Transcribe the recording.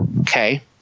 Okay